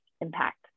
impact